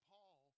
Paul